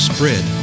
Spread